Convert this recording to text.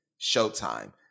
Showtime